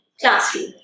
classroom